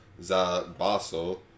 Zabaso